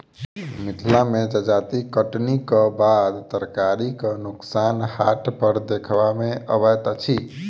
मिथिला मे जजाति कटनीक बाद तरकारीक नोकसान हाट पर देखबा मे अबैत अछि